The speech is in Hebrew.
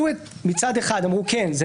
מצד אחד אמרו כן,